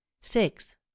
six